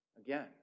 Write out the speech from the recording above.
again